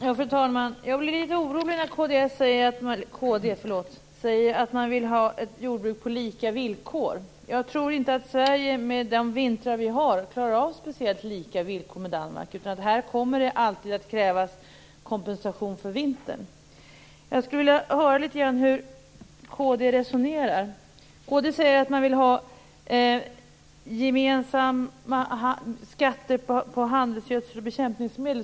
Fru talman! Jag blir litet orolig när kd säger att man vill ha ett jordbruk på lika villkor. Jag tror inte att Sverige, med de vintrar vi har, klarar av speciellt lika villkor med Danmark. Det kommer alltid att krävas kompensation för vintern här. Jag skulle vilja höra hur kd resonerar. Ni säger att ni vill ha gemensamma skatter på handelsgödsel och bekämpningsmedel.